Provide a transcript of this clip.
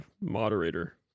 moderator